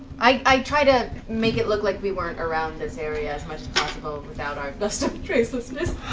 i try to make it look like we weren't around this area as much as possible without our dust of tracelessness.